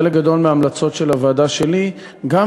שחלק גדול מההמלצות של הוועדה שלי יושמו,